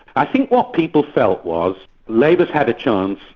i think what people felt was labor's had a chance,